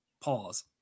pause